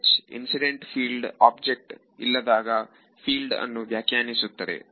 H incident object ಇಲ್ಲದಾಗ field ಅನ್ನು ವ್ಯಾಖ್ಯಾನಿಸುತ್ತದೆ